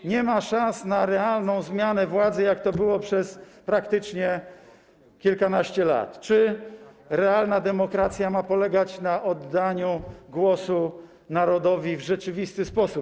i nie ma szans na realną zmianę władzy, jak to było przez praktycznie kilkanaście lat, czy realna demokracja ma polegać na oddaniu głosu narodowi w rzeczywisty sposób.